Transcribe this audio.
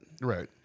right